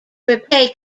repay